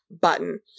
button